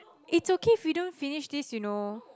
it's okay if we don't finish this you know